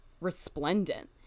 resplendent